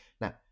Now